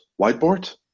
whiteboard